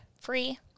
free